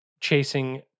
chasing